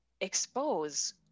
expose